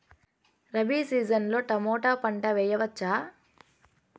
Rabi season లో tomato పంట వేయవచ్చా?